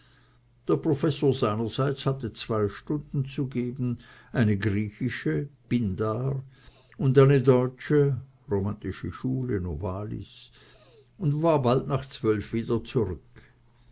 der professor seinerseits hatte zwei stunden zu geben eine griechische pindar und eine deutsche romantische schule novalis und war bald nach zwölf wieder zurück